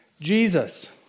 Jesus